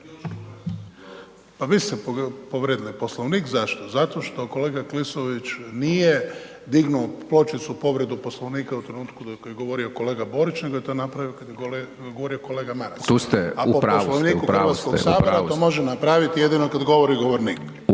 Pa mislim povrijeđen je Poslovnik, zašto, zato što kolega Klisović nije dignuo pločicu povredu Poslovnika u trenutku dok je govorio kolega Borić, nego je to napravio dok je govorio kolega Maras …/Upadica: Tu ste u pravu ste, u pravu ste./… a po Poslovniku Hrvatskog sabora to može napraviti jedino kad govori govornik.